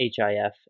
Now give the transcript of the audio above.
HIF